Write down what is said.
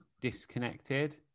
disconnected